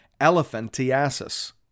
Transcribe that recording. elephantiasis